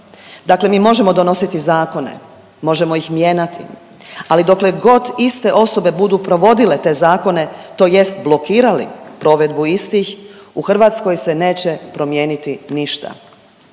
Dakle mi možemo donositi zakone, možemo ih mijenjati, ali dokle god iste osobe budu provodile te zakone, tj. blokirali provedbu istih, u Hrvatskoj se neće promijeniti ništa.